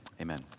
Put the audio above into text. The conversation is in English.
amen